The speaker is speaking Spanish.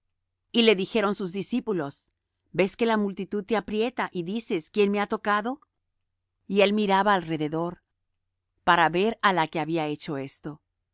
y le dijeron sus discípulos ves que la multitud te aprieta y dices quién me ha tocado y él miraba alrededor para ver á la que había hecho esto